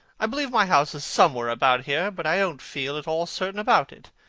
i believe my house is somewhere about here, but i don't feel at all certain about it.